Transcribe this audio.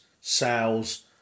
sales